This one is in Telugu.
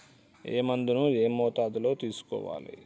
ఏ మందును ఏ మోతాదులో తీసుకోవాలి?